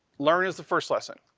learn is the first lesson.